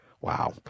Wow